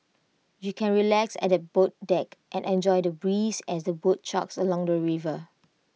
you can relax at the boat deck and enjoy the breeze as the boat chugs along the river